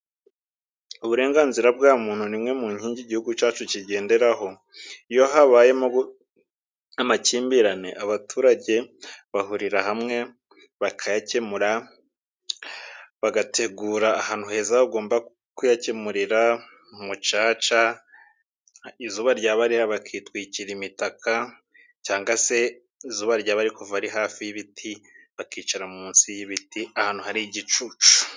Uburenganzira bwa muntu ni imwe mu nkingi igihugu cyacu kigenderaho. Iyo habayemo amakimbirane abaturage bahurira hamwe bakayakemura, bagategura ahantu heza bagomba kuyakemurira mu umucaca, izuba ryaba riva bakitwikira imitaka, cyangwa se izuba ryaba riri kuva ari hafi y'ibiti bakicara munsi y'ibiti ahantu hari igicucu.